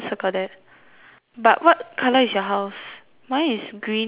but what colour is your house mine is green and orange